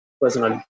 personal